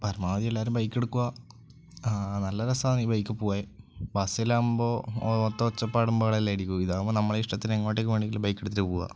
പരമാവധി എല്ലാവരും ബൈക്കെടുക്കുക ആ നല്ല രസമാണ് ഈ ബൈക്കില് പോകാന് ബസ്സിലാകുമ്പോള് മൊത്തം ഒച്ചപ്പാടും ബഹളവുമെല്ലാമായിരിക്കും ഇതാകുമ്പോള് നമ്മുടെ ഇഷ്ടത്തിന് എങ്ങോട്ടേക്ക് വേണമെങ്കിലും ബൈക്കെടുത്തിട്ട് പോകാം